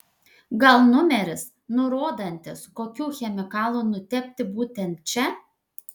gal numeris nurodantis kokiu chemikalu nutepti būtent čia